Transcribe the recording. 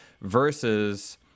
versus